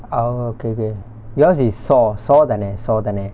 oh okay okay yours is saw saw தான:thaana saw தான:thaana